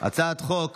הצעות חוק